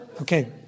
Okay